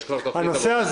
יש כבר תוכנית עבודה?